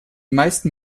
meisten